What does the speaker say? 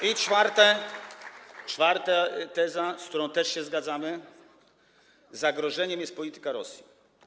I po czwarte, czwarta teza, z którą też się zgadzamy: zagrożeniem jest polityka Rosji.